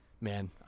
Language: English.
Man